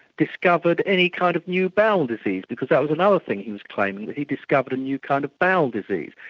discovered any kind of new bowel disease? because that was another thing he was claiming, that he discovered a new kind of bowel disease.